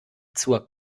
zur